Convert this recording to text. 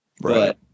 Right